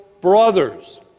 brothers